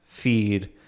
feed